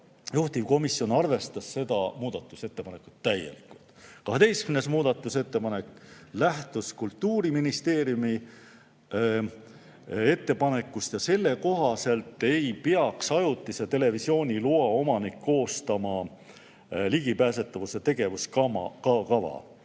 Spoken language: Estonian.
Juhtivkomisjon arvestas seda muudatusettepanekut täielikult. 12. muudatusettepanek lähtus Kultuuriministeeriumi ettepanekust, selle kohaselt ei peaks ajutise televisiooniloa omanik koostama ligipääsetavuse tegevuskava.